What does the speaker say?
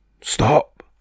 Stop